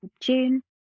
June